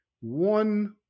one